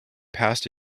past